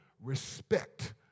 respect